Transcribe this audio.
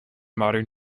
modern